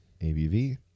ABV